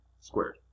Squared